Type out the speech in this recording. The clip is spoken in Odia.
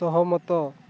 ସହମତ